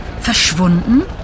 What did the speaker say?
Verschwunden